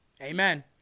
Amen